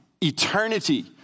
Eternity